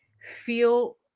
feel